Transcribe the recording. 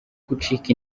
gucika